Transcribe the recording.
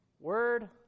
Word